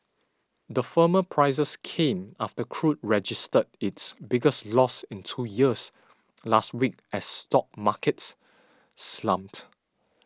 the firmer prices came after crude registered its biggest loss in two years last week as stock markets slumped